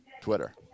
Twitter